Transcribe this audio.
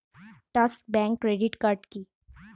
Trust bank credit card কি?